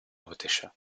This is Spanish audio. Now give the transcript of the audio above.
botella